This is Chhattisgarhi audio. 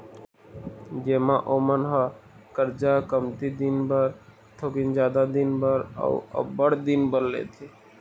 जेमा ओमन ह करजा कमती दिन बर, थोकिन जादा दिन बर, अउ अब्बड़ दिन बर लेथे